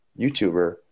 YouTuber